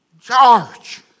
Charge